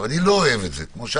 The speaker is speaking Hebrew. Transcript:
אני לא אוהב את זה, כמוך,